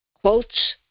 quotes